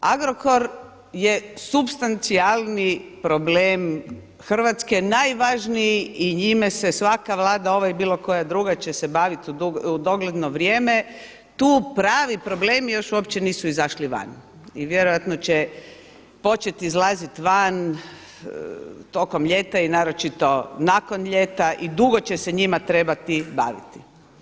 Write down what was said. Agrokor je supstancijalni problem Hrvatske, najvažniji i njime se svaka vlada ova ili bilo koja druga će se baviti u dogledno vrijeme, tu pravi problemi još uopće nisu izašli van i vjerojatno će početi izlaziti van tokom ljeta i naročito nakon ljeta i dugo će se njima trebati baviti.